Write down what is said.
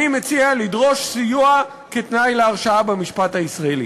אני מציע לדרוש סיוע כתנאי להרשעה במשפט הישראלי.